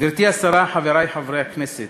גברתי השרה, חברי חברי הכנסת,